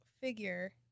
figure